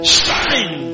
shine